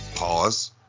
Pause